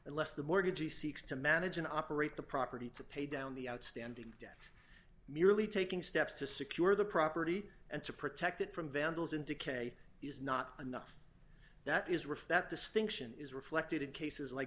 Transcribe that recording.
unless the mortgagee seeks to manage an operate the property to pay down the outstanding debt merely taking steps to secure the property and to protect it from vandals and decay is not enough that is respect distinction is reflected in cases like